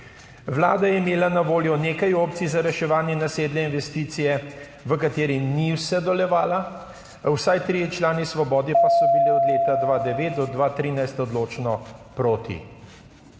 Vlada je imela na voljo nekaj opcij za reševanje nasedle investicije, v kateri ni sodelovala. Vsaj trije člani Svobode pa so bili od leta 2009 do 2013 odločno proti.